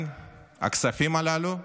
הכספים הללו עדיין,